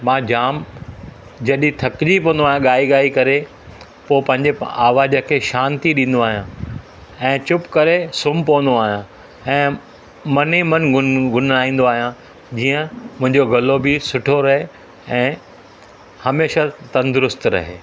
मां जाम जॾहिं थकिजी पवंदो आहियां ॻाए ॻाए करे पोइ पंहिंजे आवाज़ खे शांती ॾींदो आहियां ऐं चुपि करे सुम्ही पवंदो आहियां ऐं मनु ई मनु गुनगुनाईंदो आहियां जीअं मुंहिंजो गलो बि सुठो रहे ऐं हमेशा तंदुरुस्तु रहे